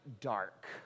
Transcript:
dark